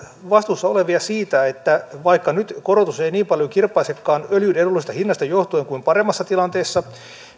vastuussa olevia siitä että vaikka nyt korotus ei niin paljoa kirpaisekaan öljyn edullisesta hinnasta johtuen kuin paremmassa tilanteessa